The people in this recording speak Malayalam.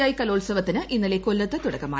ഐ കലോത്സവത്തിന് ഇന്നലെ കൊല്ലത്ത് തുടക്കമായി